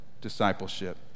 discipleship